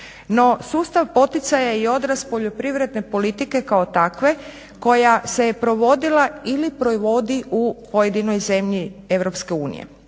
No sustav poticaja i odraz poljoprivredne politike kao takve koja se provodila ili provodi u pojedinoj zemlji